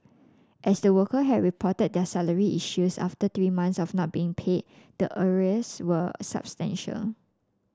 as the worker had reported their salary issues after three months of not being paid the arrears were substantial